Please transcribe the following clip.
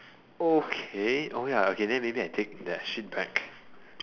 okay oh ya okay then maybe I take that shit back